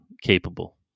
capable